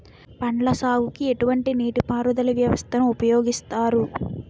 పండ్ల సాగుకు ఎటువంటి నీటి పారుదల వ్యవస్థను ఉపయోగిస్తారు?